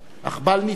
אך בל נטעה,